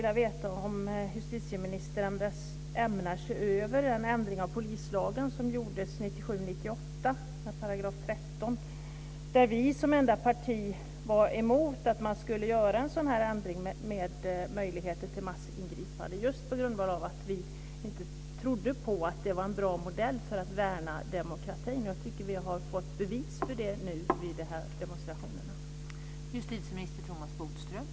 Jag undrar om ministern ämnar se över den ändring av polislagen 13 § som gjordes 1997/98. Vi som enda parti var då emot att man skulle införa möjligheten till massingripanden just på grund av att vi inte trodde på att det var en bra modell för att värna demokratin. Jag tycker att vi har fått bevis för detta med tanke på de senaste demonstrationerna.